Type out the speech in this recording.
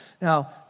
Now